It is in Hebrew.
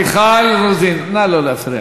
מיכל רוזין, נא לא להפריע.